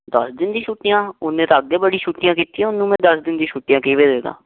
ਦਸ ਦਿਨ ਦੀ ਛੁੱਟੀਆਂ ਉਹਨੇ ਤਾਂ ਅੱਗੇ ਬੜੀ ਛੁੱਟੀਆਂ ਕੀਤੀਆਂ ਉਹਨੂੰ ਮੈਂ ਦਸ ਦਿਨ ਦੀ ਛੁੱਟੀਆ ਕਿਵੇਂ ਦੇਦਾਂ